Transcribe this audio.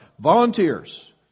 Volunteers